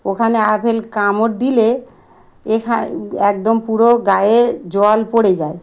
ওখানে আপেল কামড় দিলে এখানে একদম পুরো গায়ে জল পড়ে যায়